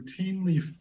routinely